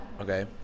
Okay